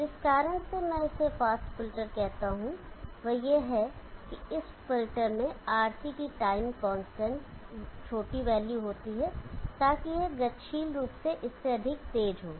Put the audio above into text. जिस कारण से मैं इसे फास्ट फिल्टर कहता हूं वह यह है कि इस फिल्टर में RC की टाइम कांस्टेंट छोटी वैल्यू होती है ताकि यह गतिशील रूप से इससे अधिक तेज हो